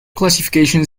classification